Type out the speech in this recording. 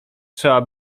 trzeba